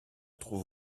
trouve